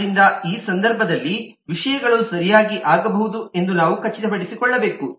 ಆದ್ದರಿಂದ ಈ ಸಂದರ್ಭದಲ್ಲಿ ವಿಷಯಗಳು ಸರಿಯಾಗಿ ಆಗಬಹುದು ಎಂದು ನಾವು ಖಚಿತಪಡಿಸಿಕೊಳ್ಳಬೇಕು